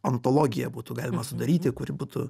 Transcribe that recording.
antologiją būtų galima sudaryti kuri būtų